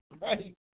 right